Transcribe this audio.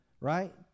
Right